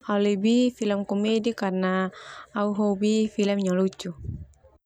Au lebih film komedi karna au hobi film yang lucu.